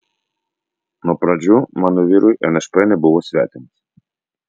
nuo pradžių mano vyrui nšp nebuvo svetimas